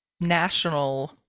national